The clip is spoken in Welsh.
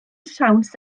siawns